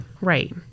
Right